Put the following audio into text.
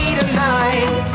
tonight